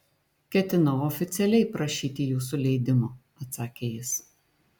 ketinau oficialiai prašyti jūsų leidimo atsakė jis